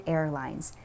Airlines